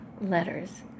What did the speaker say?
letters